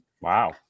wow